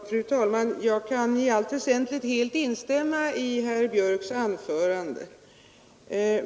Fru talman! Jag kan i allt väsentligt instämma i herr Björks i Göteborg anförande.